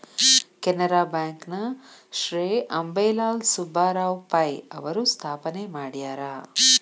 Canara bank ನ ಶ್ರೇ ಅಂಬೇಲಾಲ್ ಸುಬ್ಬರಾವ್ ಪೈ ಅವರು ಸ್ಥಾಪನೆ ಮಾಡ್ಯಾರ